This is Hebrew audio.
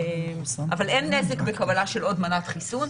אין נזק בקבלה של עוד מנת חיסון,